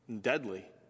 Deadly